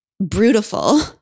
brutal